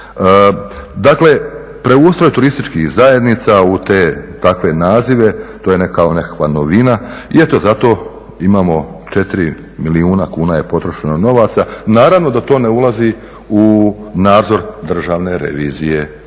Dakle preustroj turističkih zajednica u te takve nazive, to je kao nekakva novina i eto zato imamo 4 milijuna kuna je potrošeno novaca, naravno da to ne ulazi u nadzor državne revizije, o tome